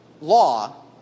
law